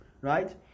right